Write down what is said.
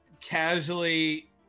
casually